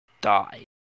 die